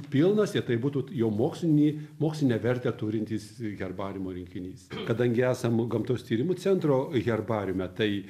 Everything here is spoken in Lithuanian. pilnas ir tai būtų jau mokslinį mokslinę vertę turintis herbariumo rinkinys kadangi esam gamtos tyrimų centro herbariume tai